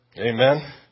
Amen